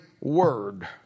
word